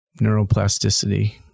Neuroplasticity